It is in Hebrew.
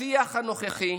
השיח הנוכחי,